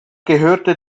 gehörte